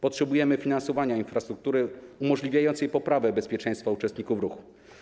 Potrzebujemy finansowania infrastruktury umożliwiającej poprawę bezpieczeństwa uczestników ruchu.